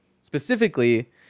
specifically